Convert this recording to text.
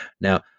Now